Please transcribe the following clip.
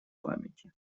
памяти